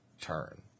turn